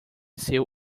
seu